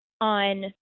on